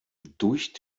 durch